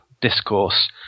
discourse